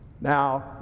now